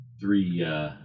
three